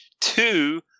Two